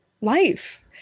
life